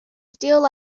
steel